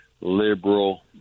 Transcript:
liberal